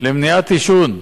למניעת עישון,